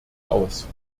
aus